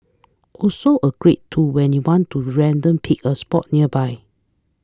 also a great tool when you want to random pick a spot nearby